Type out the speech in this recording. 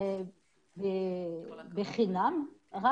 לסטטיסטיקה ללא תשלום,